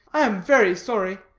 i am very sorry.